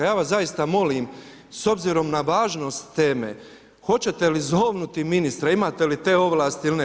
Ja vas zaista molim s obzirom na važnost teme hoćete li zovnu ministra, imate li te ovlasti ili ne?